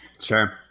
Sure